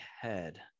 head